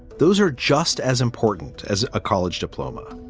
those are just as important as a college diploma.